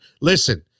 Listen